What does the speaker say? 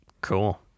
Cool